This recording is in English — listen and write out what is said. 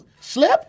slip